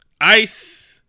ice